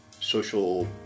social